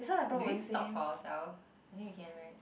do we stop for ourself I think we can right